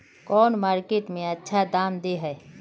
कौन मार्केट में अच्छा दाम दे है?